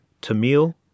Tamil